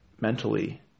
mentally